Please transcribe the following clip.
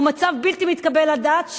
הוא מצב בלתי מתקבל על הדעת,